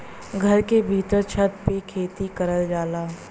घर के भीत्तर छत पे खेती करल जाला